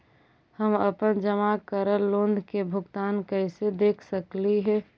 हम अपन जमा करल लोन के भुगतान कैसे देख सकली हे?